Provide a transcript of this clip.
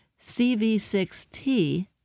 CV6T